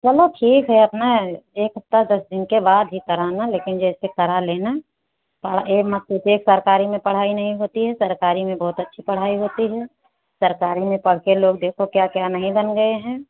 चलो ठीक है अपना एक हफ्ता दस दिन के बाद ही कराना लेकिन जैसे करा लेना ता यह मत सोचिए कि सरकारी में पढ़ाई नहीं होती है सरकारी में बहुत अच्छी पढ़ाई होती है सरकारी में पढ़कर लोग जैसे लोग क्या क्या नहीं बन गए हैं